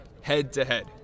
head-to-head